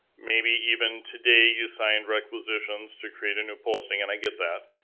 maybe even today you signed requisitions to create a new posting, and i get that,